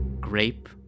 Grape